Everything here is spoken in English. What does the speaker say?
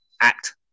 act